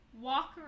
walk